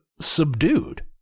subdued